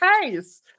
case